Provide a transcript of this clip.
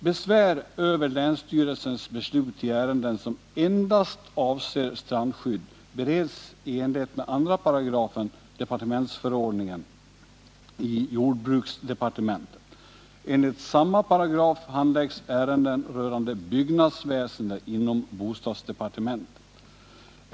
Besvär över länsstyrelses beslut I ärenden som endast avser strandskydd bereds i enlighet med 2 § departementsförordningen — 1963:214 —ijordbruksdepartementet. Enligt samma paragraf handläggs ärenden rörande byggnadsväsendet inom bostadsdepartementet.